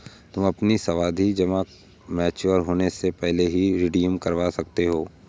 तुम अपनी सावधि जमा मैच्योर होने से पहले भी रिडीम करवा सकते हो